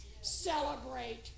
Celebrate